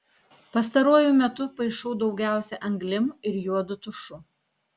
pastaruoju metu paišau daugiausia anglim ir juodu tušu